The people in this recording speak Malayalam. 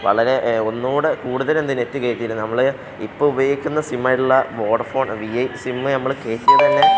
വളരെ ഒന്നും കൂടെ കൂടുതൽ എന്ത് നെറ്റ് കയറ്റിയിരുന്നു നമ്മൾ ഇപ്പം ഉപയോഗിക്കുന്ന സിമ്മ് ആയിട്ടുള്ള വോഡഫോൺ വി ഐ സിമ്മ് നമ്മൾ കയറ്റിയത് തന്നെ